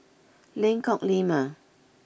Lengkok Lima